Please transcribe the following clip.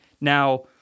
Now